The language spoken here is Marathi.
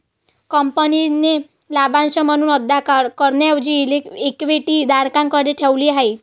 कंपनीने लाभांश म्हणून अदा करण्याऐवजी इक्विटी धारकांकडे ठेवली आहे